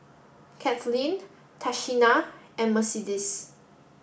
Cathleen Tashina and Mercedes